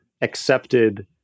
accepted